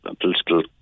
political